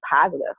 positive